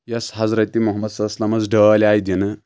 یۄس حضرتِ محمدؐ ڈٲلۍ آیہِ دِنہٕ